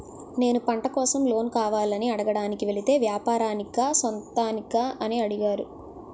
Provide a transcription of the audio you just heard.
నేను పంట కోసం లోన్ కావాలని అడగడానికి వెలితే వ్యాపారానికా సొంతానికా అని అడిగారు